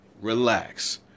relax